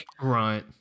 Right